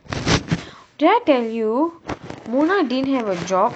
did I tell you munah didn't have a job